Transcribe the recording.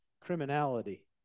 criminality